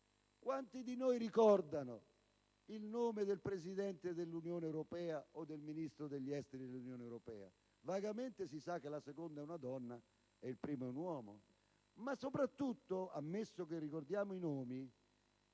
quanti di noi ricordano il nome del Presidente del Consiglio dell'Unione europea o del Ministro degli esteri dell'Unione europea: vagamente si sa che la seconda è una donna e il primo è un uomo. Ma soprattutto, ammesso che ne ricordiamo i nomi,